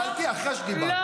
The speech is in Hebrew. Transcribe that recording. סליחה --- התחלתי אחרי שדיברת.